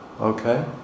Okay